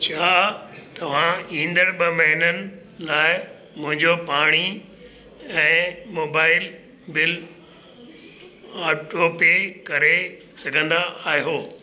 छा तव्हां ईंदड़ु ॿ महीननि लाइ मुंहिंजो पाणी ऐं मोबाइल बिल ऑटोपे करे सघंदा आहियो